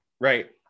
right